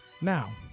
Now